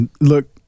look